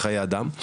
חיי אדם.